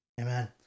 Amen